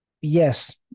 yes